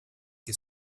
che